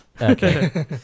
Okay